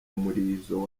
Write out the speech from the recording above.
murizo